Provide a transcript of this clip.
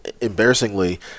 embarrassingly